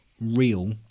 real